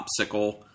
popsicle